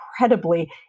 incredibly